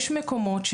יש מקומות,